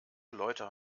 leute